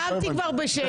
קמתי כבר בשש, מה לעשות?